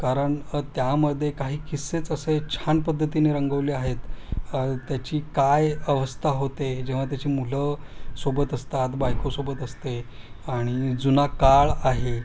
कारण त्यामधे काही किस्सेच असे छान पद्धतीने रंगवले आहेत त्याची काय अवस्था होते जेव्हा त्याची मुलं सोबत असतात बायकोसोबत असते आणि जुना काळ आहे